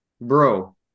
bro